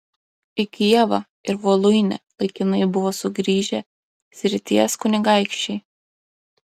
į kijevą ir voluinę laikinai buvo sugrįžę srities kunigaikščiai